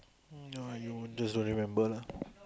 mm ya you just don't remember lah